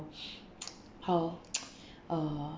how uh